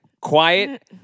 quiet